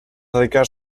dedicar